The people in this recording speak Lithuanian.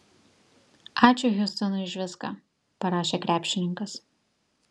ačiū hjustonui už viską parašė krepšininkas